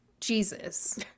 Jesus